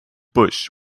bush